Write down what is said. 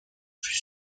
fut